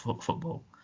football